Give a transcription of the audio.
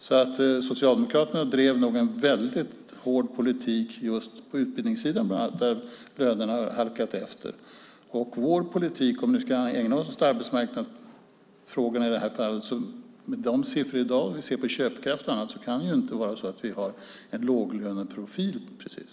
Så Socialdemokraterna drev nog en väldigt hård politik bland annat på utbildningssidan där lönerna halkade efter. Med vår politik, om vi ska ägna oss åt arbetsmarknadsfrågorna i det här fallet, och de siffror som vi ser i dag när det gäller köpkraft och annat kan det inte vara så att vi har en låglöneprofil precis.